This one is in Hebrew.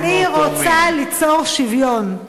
אני רוצה ליצור שוויון,